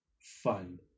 fun